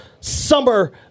summer